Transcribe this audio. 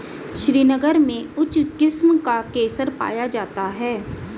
श्रीनगर में उच्च किस्म का केसर पाया जाता है